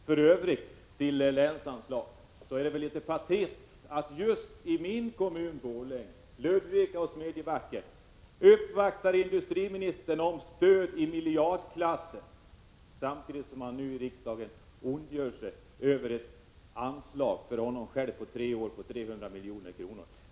Beträffande länsanslagen är det litet patetiskt att industriministern gör uppvaktningar just i min kommun Borlänge och i Ludvika och Smedjebacken om stöd i miljardklassen samtidigt som han nu i riksdagen ondgör sig över ett anslag under tre år på 300 milj.kr.